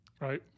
Right